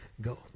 go